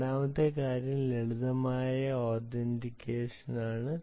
രണ്ടാമത്തെ കാര്യം ലളിതമായ ഓതെന്റികേഷൻ ആണ്